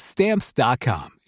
Stamps.com